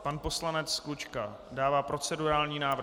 Pan poslanec Klučka dává procedurální návrh.